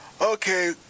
Okay